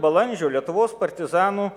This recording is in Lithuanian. balandžio lietuvos partizanų